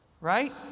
right